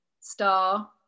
Star